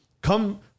come